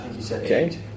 Okay